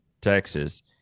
Texas